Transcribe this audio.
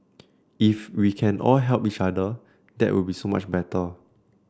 if we can all help each other that would be so much better